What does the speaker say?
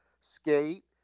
skate